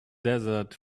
desert